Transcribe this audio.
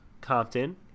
Compton